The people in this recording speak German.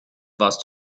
was